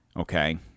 Okay